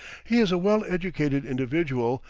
he is a well-educated individual,